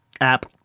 app